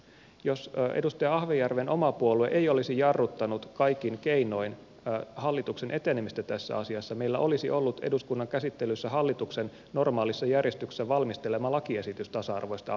jos edustaja ahvenjärven oma puolue ei olisi jarruttanut kaikin keinoin hallituksen etenemistä tässä asiassa meillä olisi ollut eduskunnan käsittelyssä hallituksen normaalissa järjestyksessä valmistelema lakiesitys tasa arvoisesta avioliittolaista